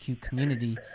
community